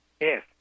Yes